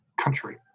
country